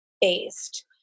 based